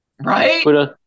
Right